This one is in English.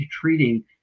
treating